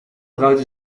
ruiten